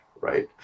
right